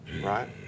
Right